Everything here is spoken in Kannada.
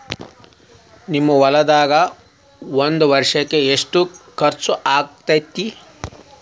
ನಿಮ್ಮ ಹೊಲ್ದಾಗ ಒಂದ್ ವರ್ಷಕ್ಕ ಎಷ್ಟ ಖರ್ಚ್ ಆಕ್ಕೆತಿ?